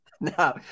No